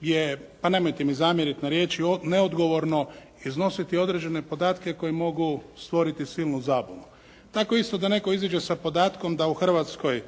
je, pa nemojte mi zamjeriti na riječi, neodgovorno iznositi određene podatke koji mogu stvoriti silnu zabunu. Tako isto da netko iziđe sa podatkom da u Hrvatskoj